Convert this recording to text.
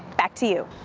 back to you.